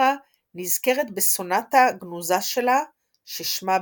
נזכרת בסונטה גנוזה שלה ששמה "ברלין".